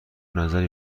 نظری